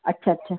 अच्छा अच्छा